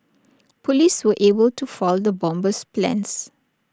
Police were able to foil the bomber's plans